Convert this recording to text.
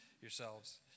yourselves